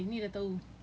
K